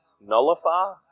Nullify